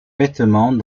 vêtements